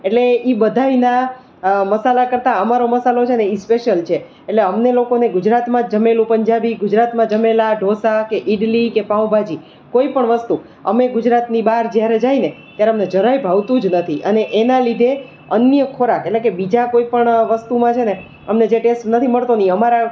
એટલે એ બધાયના મસાલા કરતાં અમારો મસાલો છે અને એ સ્પેસિયલ છે એટલે અમને લોકોને ગુજરાતમાં જમેલો પંજાબી ગુજરાતમાં જમેલા ઢોંસા ને ઈડલી કે પાઉંંભાજી કોઇપણ વસ્તુ અમે ગુજરાતની બહાર જ્યારે અમે જાયને ત્યારે અમને જરાય ભાવતું જ નથી અને એના લીધે અન્ય ખોરાક એટલે કે બીજા કોઇપણ વસ્તુમાં છે ને અમને જે નથી મળતોને એ અમારા